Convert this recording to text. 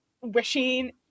wishing